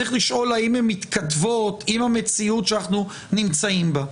צריך לשאול האם הם מתכתבות עם המציאות שאנחנו נמצאים בה.